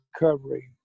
recovery